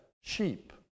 sheep